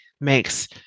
makes